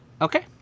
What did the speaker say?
Okay